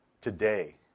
today